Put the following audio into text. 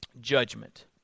judgment